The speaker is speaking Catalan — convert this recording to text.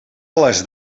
les